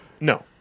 No